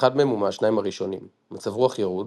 כשאחד מהם הוא מהשניים הראשונים מצב רוח ירוד,